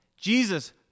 Jesus